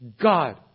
God